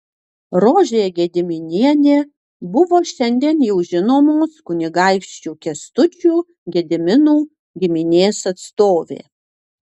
rožė gediminienė buvo šiandien jau žinomos kunigaikščių kęstučių gediminų giminės atstovė